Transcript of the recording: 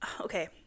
okay